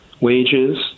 wages